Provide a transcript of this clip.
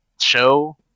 show